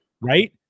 Right